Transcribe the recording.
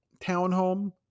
townhome